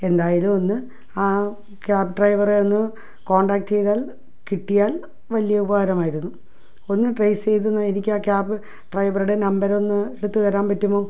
എന്തായാലും ഒന്ന് ആ ക്യാബ് ഡ്രൈവറെ ഒന്ന് കോൺടാക്ട് ചെയ്താൽ കിട്ടിയാൽ വലിയ ഉപകാരമായിരുന്നു ഒന്ന് ട്രെയ്സ് ചെയ്തൊന്നെക്ക് എനിക്കാ ക്യാബ് ഡ്രൈവറുടെ നമ്പരൊന്ന് എടുത്ത് തരാൻ പറ്റുമോ